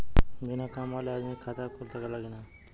बिना काम वाले आदमी के भी खाता खुल सकेला की ना?